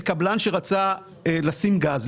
וקבלן שרצה לשים גז,